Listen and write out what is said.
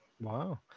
wow